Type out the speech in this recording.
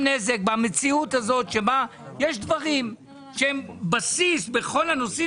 במציאות הזאת שבה יש דברים שהם בסיס בכל הנושאים